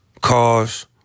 cars